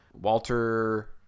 Walter